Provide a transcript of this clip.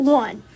one